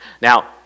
Now